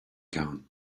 gown